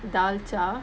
dalcha